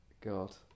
god